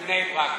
לבני ברק?